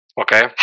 Okay